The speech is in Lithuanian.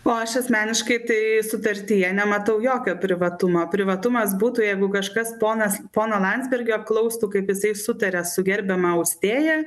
o aš asmeniškai tai sutartyje nematau jokio privatumo privatumas būtų jeigu kažkas ponas pono landsbergio klaustų kaip jisai sutaria su gerbiama austėja